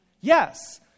Yes